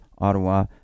Ottawa